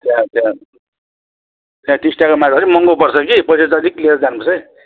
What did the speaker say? त्यहाँ त्यहाँ त्यहाँ टिस्टाको माछा अलिक महङ्गो पर्छ कि पैसा चाहिँ अलिक लिएर जानुपर्छ है